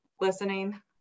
listening